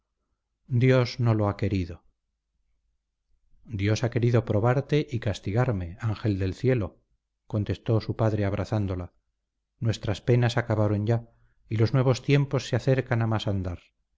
dios no lo ha querido dios ha querido probarte y castigarme ángel del cielo contestó su padre abrazándola nuestras penas acabaron ya y los nuevos tiempos se acercan a más andar